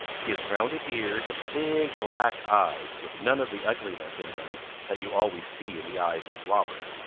he has rounded ears and big black eyes with none of the ugliness in them that you always see in the eyes of robber.